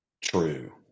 true